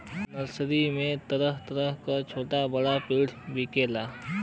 nursery में तरह तरह क छोटा बड़ा पेड़ बिकला